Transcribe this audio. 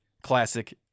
Classic